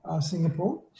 Singapore